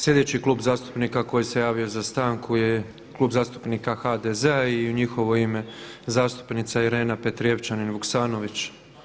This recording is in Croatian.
Sljedeći Klub zastupnika koji se javio za stanku je Klub zastupnika HDZ-a i u njihovo ime zastupnice Irena Petrijevčanin Vuksanović.